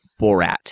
Borat